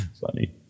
funny